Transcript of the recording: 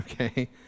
okay